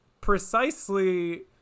precisely